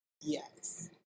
Yes